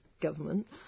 government